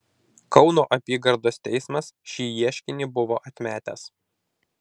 kauno apygardos teismas šį ieškinį buvo atmetęs